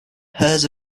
pairs